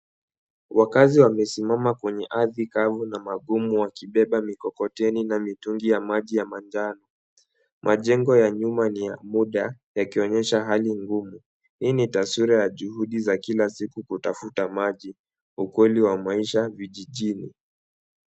Wakaazi wamesimama kwenye ardhi kavu na magumu wakibeba mikokoteni na mitungi ya maji ya manjano. Majengo ya nyuma ni ya muda, yakionyesha hali ngumu. Hii ni taswira ya juhudi za kila siku kutafuta maji, ukweli wa maisha vijijini.